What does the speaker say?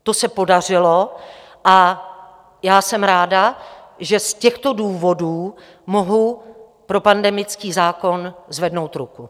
To se podařilo a já jsem ráda, že z těchto důvodů mohu pro pandemický zákon zvednout ruku.